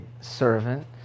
servant